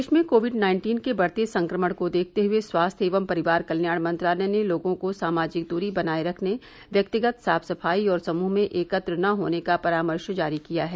देश में Covid nineteen के बढ़ते संक्रमण को देखते हुए स्वास्थ्य एवं परिवार कल्याण मंत्रालय ने लोगों को सामाजिक दूरी बनाए रखने व्यक्तिगत साफ सफाई और समूह में एकत्र न होने का परामर्श जारी किया है